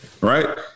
Right